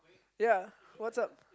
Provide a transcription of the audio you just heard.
ya what's up